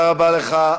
תודה רבה לך,